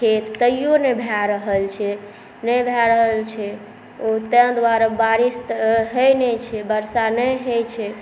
खेत तैयो नहि भए रहल छै नहि भए रहल छै ओ तै दुआरे बारिश तऽ होइ नहि छै वर्षा नहि होइ छै